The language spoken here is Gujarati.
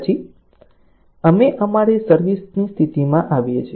પછી અમે અમારી સર્વિસ ની સ્થિતિમાં આવીએ છીએ